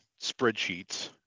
spreadsheets